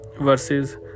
versus